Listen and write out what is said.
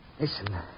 Listen